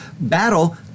battle